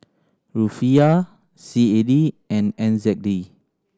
Rufiyaa C A D and N Z D